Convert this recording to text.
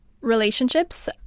Relationships